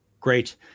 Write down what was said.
Great